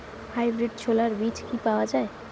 Hybrid ছোলার বীজ কি পাওয়া য়ায়?